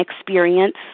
experience